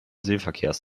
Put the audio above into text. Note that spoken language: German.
seeverkehrs